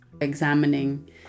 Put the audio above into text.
examining